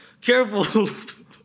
careful